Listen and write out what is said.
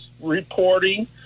reporting